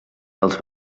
dels